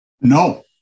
no